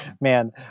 man